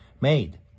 made